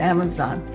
Amazon